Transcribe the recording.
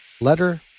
letter